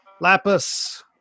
lapis